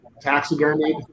taxidermy